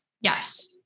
Yes